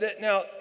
Now